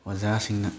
ꯑꯣꯖꯥꯁꯤꯡꯅ